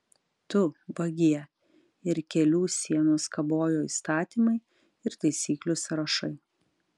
tu vagie ir kelių sienos kabojo įsakymai ir taisyklių sąrašai